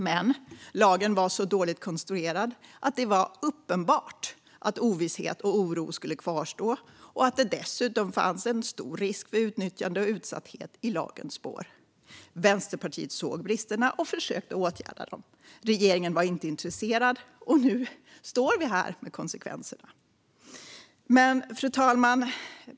Men lagen var så dåligt konstruerad att det var uppenbart att ovisshet och oro skulle kvarstå och att det dessutom fanns stor risk för utnyttjande och utsatthet i lagens spår. Vänsterpartiet såg bristerna och försökte åtgärda dem. Regeringen var inte intresserad, och nu står vi här med konsekvenserna. Fru talman!